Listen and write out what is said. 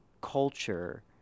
culture